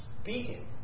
Speaking